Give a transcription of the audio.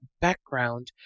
background